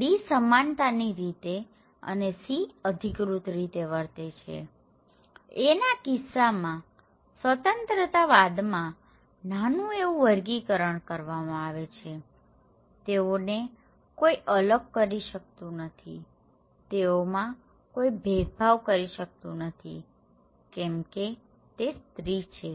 D સમાનતાની રીતે અને C અધિકૃત રીતે વર્તે છેAના કિસ્સામાં સ્વતંત્રતા વાદમાં નાનું એવું વર્ગીકરણ કરવામાં આવે છે તેઓને કોઇ અલગ કરી શકતું નથીતેઓમાં કોઈ ભેદભાવ કરી શકતું નથી કેમકે તેઓ સ્ત્રી છે